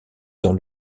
dans